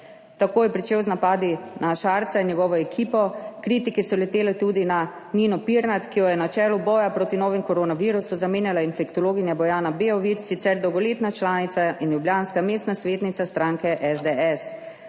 Takoj je pričel z napadi na Šarca in njegovo ekipo, kritike so letele tudi na Nino Pirnat, ki jo je na čelu boja proti novemu koronavirusu zamenjala infektologinja Bojana Beović, sicer dolgoletna članica in ljubljanska mestna svetnica stranke SDS.